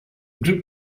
group